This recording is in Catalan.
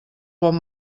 bon